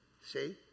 See